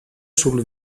sul